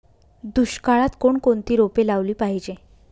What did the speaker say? दुष्काळात कोणकोणती रोपे लावली पाहिजे?